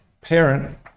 parent